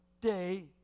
day